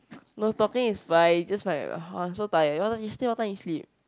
no talking is fine just like !ugh! I'm so tired yesterday yesterday what time you sleep